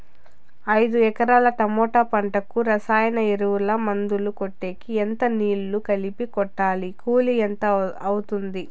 ఐదు ఎకరాల టమోటా పంటకు రసాయన ఎరువుల, మందులు కొట్టేకి ఎంత నీళ్లు కలిపి కొట్టాలి? కూలీ ఎంత అవుతుంది?